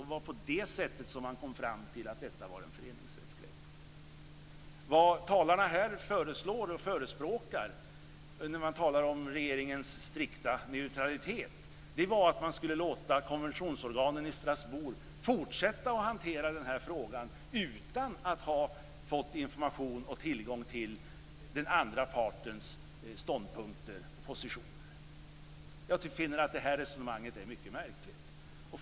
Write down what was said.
Det var på det sättet som man kom fram till att detta var en föreningsrättskränkning. Vad talarna här förespråkar när de talar om regeringens strikta neutralitet är att man skulle låta konventionsorganen i Strasbourg fortsätta att hantera den här frågan, utan att ha fått information om och tillgång till den andra partens ståndpunkter och positioner. Jag finner att det resonemanget är mycket märkligt.